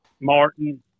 Martin